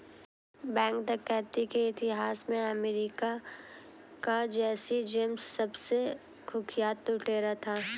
bank डकैती के इतिहास में अमेरिका का जैसी जेम्स सबसे कुख्यात लुटेरा था